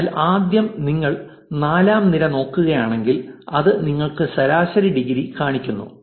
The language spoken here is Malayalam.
അതിനാൽ ആദ്യം നിങ്ങൾ നാലാം നിര നോക്കുകയാണെങ്കിൽ അത് നിങ്ങൾക്ക് ശരാശരി ഡിഗ്രി കാണിക്കുന്നു